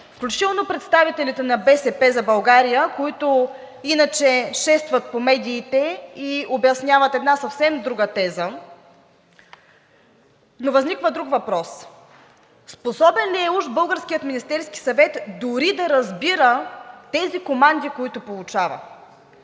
включително представителите на „БСП за България“, които иначе шестват по медиите и обясняват една съвсем друга теза, но възниква друг въпрос. Способен ли е, уж българският Министерски съвет, дори да разбира тези команди, които получава?